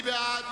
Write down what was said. מי בעד?